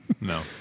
No